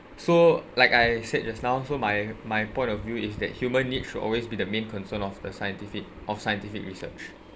so like I said just now so my my point of view is that human needs should always be the main concern of the scientific of scientific research